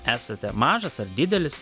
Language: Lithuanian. esate mažas ar didelis